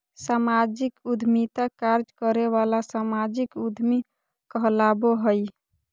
सामाजिक उद्यमिता कार्य करे वाला सामाजिक उद्यमी कहलाबो हइ